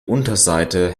unterseite